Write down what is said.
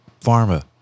pharma